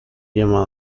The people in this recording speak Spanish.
llamado